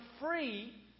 free